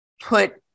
put